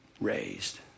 raised